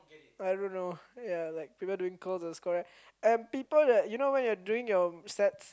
I don't know ya like people like doing curls and squats right and people that you know when you're doing your sets